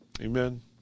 Amen